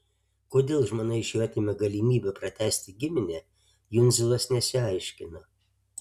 kodėl žmona iš jo atėmė galimybę pratęsti giminę jundzilas nesiaiškino